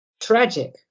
tragic